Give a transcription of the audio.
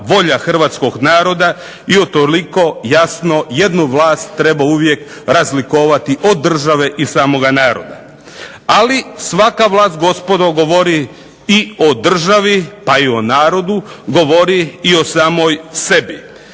volja hrvatskog naroda i utoliko jasno jednu vlast treba uvijek razlikovati od države i samog naroda. Ali svaka vlast gospodo govori i o državi pa i o narodu, govori i o samoj sebi.